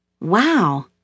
Wow